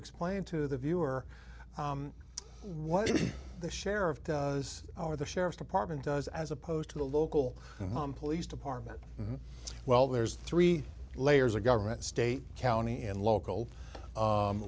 explain to the viewer what is the share of does our the sheriff's department does as opposed to the local police department well there's three layers of government state county and local